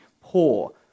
poor